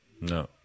no